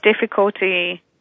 difficulty